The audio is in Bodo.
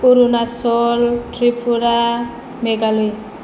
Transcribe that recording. अरुणाचल त्रिपुरा मेघालय